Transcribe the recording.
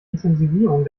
intensivierung